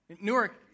Newark